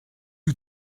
you